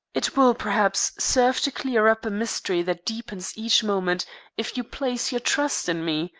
it will, perhaps, serve to clear up a mystery that deepens each moment if you place your trust in me,